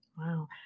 Wow